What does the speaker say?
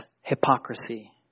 hypocrisy